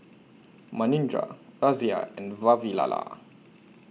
Manindra Razia and Vavilala